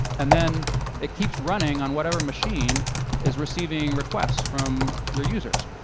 and then it keeps running on whatever machine is receiving requests from your users.